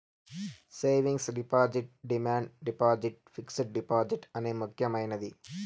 savings deposit demand deposit fixed deposit అనే ముక్యమైనది